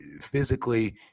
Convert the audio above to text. physically